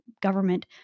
government